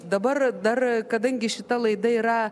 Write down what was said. dabar dar kadangi šita laida yra